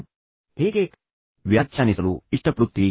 ಕಲಿಕೆಯನ್ನು ನೀವು ಹೇಗೆ ವ್ಯಾಖ್ಯಾನಿಸಲು ಇಷ್ಟಪಡುತ್ತೀರಿ